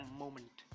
moment